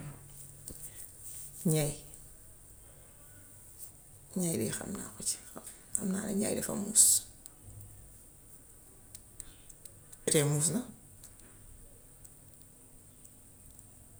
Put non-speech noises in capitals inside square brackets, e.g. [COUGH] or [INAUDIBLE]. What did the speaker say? Ñay, ñay dey xm naa ko si. Xam naa ni ñay dafa muus [UNINTELLIGIBLE] muus na.